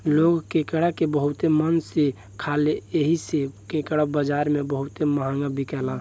लोग केकड़ा के बहुते मन से खाले एही से केकड़ा बाजारी में बहुते महंगा बिकाला